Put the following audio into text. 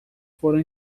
foram